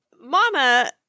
Mama